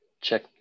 check